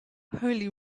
holy